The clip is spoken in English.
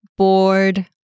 Bored